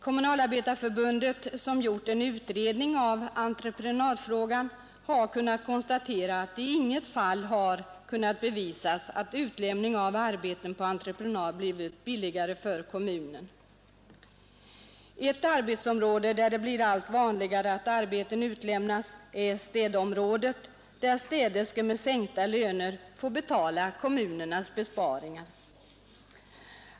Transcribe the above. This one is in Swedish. Kommunalarbetareförbundet som gjort en utredning av entreprenadfrågan har kunnat konstatera, att det i inget fall har kunnat bevisas att utlämning av arbeten på entreprenad blivit billigare för kommunen. Ett arbetsområde där det blir allt vanligare att arbeten utlämnas på entreprenad är städområdet, där städerskor med sänkta löner får betala kommunernas eventuella besparingar.